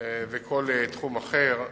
וכל תחום אחר,